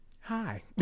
Hi